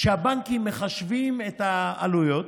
כשהבנקים מחשבים את העלויות,